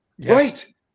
Right